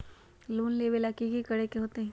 Loan लेबे ला की कि करे के होतई?